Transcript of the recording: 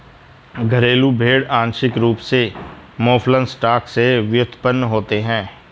घरेलू भेड़ आंशिक रूप से मौफलन स्टॉक से व्युत्पन्न होते हैं